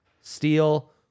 steel